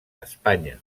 espanya